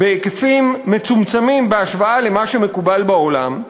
בהיקפים מצומצמים בהשוואה למה שמקובל בעולם,